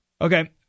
Okay